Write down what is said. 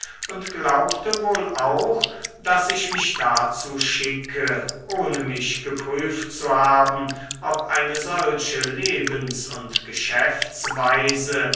und glaubte wohl auch daß ich mich dazu schicke ohne mich geprüft zu haben ob eine solche lebens und geschäftsweise